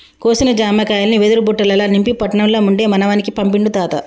కోసిన జామకాయల్ని వెదురు బుట్టలల్ల నింపి పట్నం ల ఉండే మనవనికి పంపిండు తాత